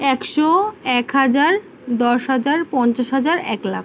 একশো এক হাজার দশ হাজার পঞ্চাশ হাজার এক লাখ